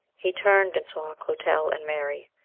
he turned and saw clotel and mary.